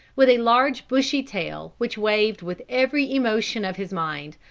with a large bushy tail, which waved with every emotion of his mind,